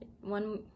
one